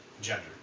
gender